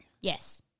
yes